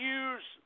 use